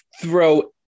throw